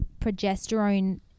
progesterone